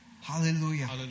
Hallelujah